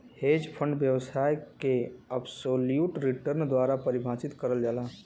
hedge fund व्यवसाय के absolute return द्वारा परिभाषित करल जाला